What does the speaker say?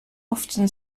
often